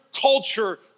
culture